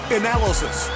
analysis